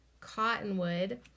Cottonwood